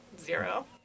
Zero